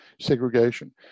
segregation